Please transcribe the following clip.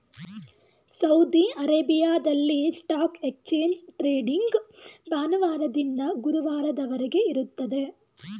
Saudi ಅರೇಬಿಯಾದಲ್ಲಿ stock exchange trading ಭಾನುವಾರದಿಂದ ಗುರುವಾರದವರೆಗೆ ಇರುತ್ತದೆ